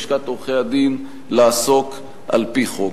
לשכת עורכי-הדין לעסוק על-פי חוק.